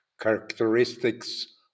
characteristics